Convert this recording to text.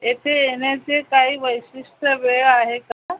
येथे येण्याचे काही वैशिष्ट्य वेळ आहे का